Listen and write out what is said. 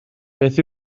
beth